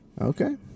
Okay